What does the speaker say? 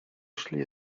szli